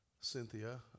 Cynthia